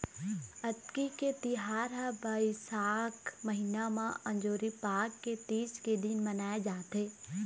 अक्ती के तिहार ह बइसाख महिना म अंजोरी पाख के तीज के दिन मनाए जाथे